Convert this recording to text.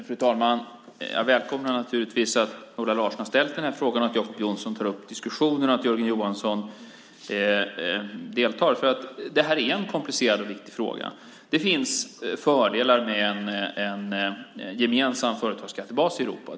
Fru talman! Jag välkomnar naturligtvis att Ulla Andersson har ställt den här frågan, att Jacob Johnson tar upp diskussionen och att Jörgen Johansson deltar. Det är en komplicerad och viktig fråga. Det finns fördelar med en gemensam företagsskattebas i Europa.